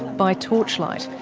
by torchlight,